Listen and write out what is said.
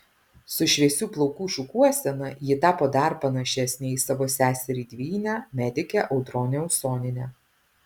su šviesių plaukų šukuosena ji tapo dar panašesnė į savo seserį dvynę medikę audronę usonienę